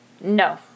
No